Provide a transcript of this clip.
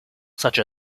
such